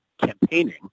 campaigning